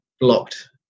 blocked